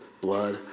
blood